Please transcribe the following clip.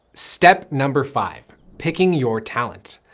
step number five. picking your talent.